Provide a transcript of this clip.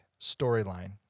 Storyline